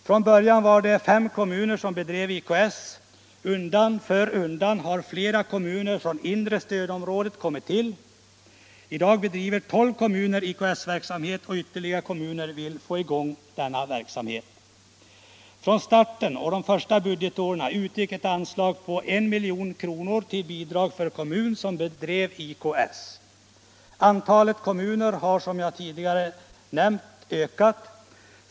Från början var det fem kommuner som bedrev IKS, men flera kommuner från det inre stödområdet har kommit till undan för undan. I dag bedriver tolv kommuner IKS-verksamhet, och ytterligare några kommuner vill starta sådan verksamhet. Från starten och under de första budgetåren utgick ett anslag på 1 milj.kr. i bidrag till kommun som bedrev IKS. Antalet kommuner har ökat, som jag sade.